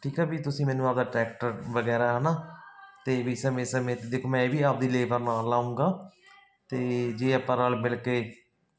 ਠੀਕ ਹੈ ਵੀ ਤੁਸੀਂ ਮੈਨੂੰ ਅਗਰ ਟਰੈਕਟਰ ਵਗੈਰਾ ਹੈ ਨਾ ਅਤੇ ਵੀ ਸਮੇਂ ਸਮੇਂ 'ਤੇ ਦੇਖੋ ਮੈਂ ਇਹ ਵੀ ਆਪਦੀ ਲੇਬਰ ਨਾਲ ਲਾਉਂਗਾ ਅਤੇ ਜੇ ਆਪਾਂ ਰਲ ਮਿਲ ਕੇ